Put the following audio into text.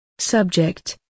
Subject